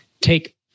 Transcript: Take